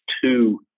two